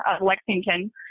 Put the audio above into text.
Lexington